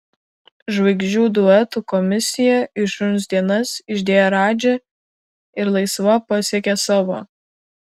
žvaigždžių duetų komisiją į šuns dienas išdėję radži ir laisva pasiekė savo